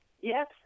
Yes